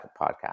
podcast